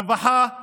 הרווחה והבריאות.